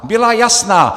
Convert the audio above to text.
Byla jasná!